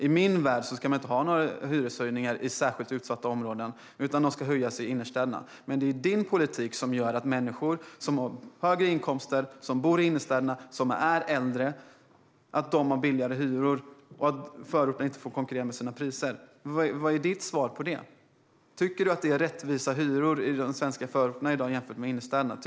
I min värld ska man inte ha några hyreshöjningar i särskilt utsatta områden. Hyrorna ska höjas i innerstäderna. Men det är din politik som gör att människor som har högre inkomster och som bor i innerstäderna och som är äldre har lägre hyror och att förorterna inte får konkurrera med sina priser. Vad är ditt svar på det? Tycker du att det är rättvisa hyror i de svenska förorterna i dag, jämfört med hur det är i innerstäderna?